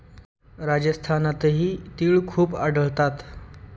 राजस्थानातही तिळ खूप आढळतात